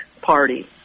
party